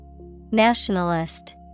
Nationalist